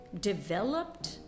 developed